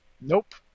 Nope